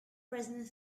president